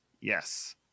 Yes